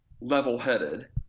level-headed